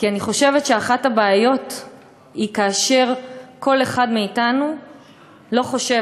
כי אני חושבת שאחת הבעיות היא כאשר כל אחד מאתנו לא חושב